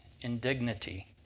indignity